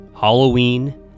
Halloween